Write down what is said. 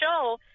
show